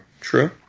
true